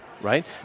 right